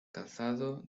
calzado